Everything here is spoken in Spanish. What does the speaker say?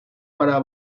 para